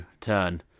turn